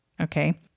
okay